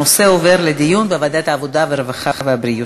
הנושא עובר לדיון בוועדת העבודה, הרווחה והבריאות.